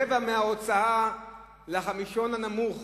רבע מההוצאה של החמישון הנמוך